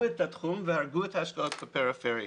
את התחום והרגו את ההשקעות בפריפריה.